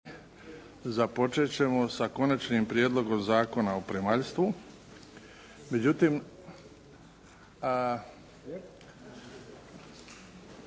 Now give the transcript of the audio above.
započet ćemo sa Konačnim prijedlogom zakona o primaljstvu međutim